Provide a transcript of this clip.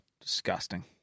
Disgusting